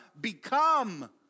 become